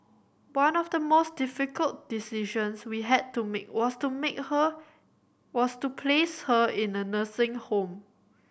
one of the most difficult decisions we had to make was to make her was to place her in a nursing home